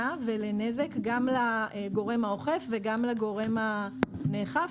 ולנזק גם לגורם האוכף וגם לגורם הנאכף,